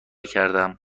کردم